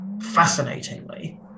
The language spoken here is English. fascinatingly